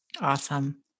Awesome